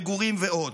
מגורים ועוד.